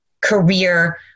career